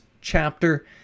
chapter